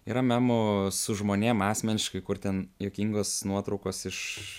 yra memų su žmonėm asmeniškai kur ten juokingos nuotraukos iš